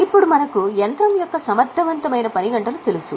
ఇప్పుడు మనకు యంత్రం యొక్క సమర్థవంతమైన పని గంటలు తెలుసు